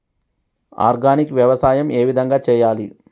Organic వ్యవసాయం ఏ విధంగా చేయాలి?